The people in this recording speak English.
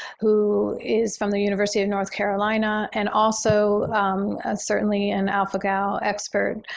who is from the university of north carolina and also certainly an alpha-gal expert.